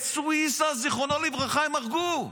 את סויסה זיכרונו לברכה הם הרגו.